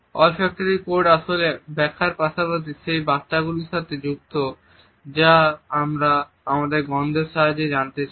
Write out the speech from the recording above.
olfactory code আসলে ব্যাখ্যার পাশাপাশি সেই বার্তাগুলির সাথে যুক্ত যা আমরা আমাদের গন্ধের সাহায্যে জানাতে চাই